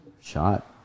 shot